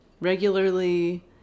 regularly